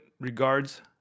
Regards